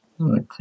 Okay